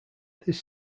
this